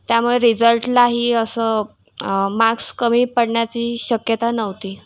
त्यामुळे रिजल्टलाही असं मार्क्स कमी पडण्याची शक्यता नव्हती